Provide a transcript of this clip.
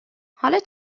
حالت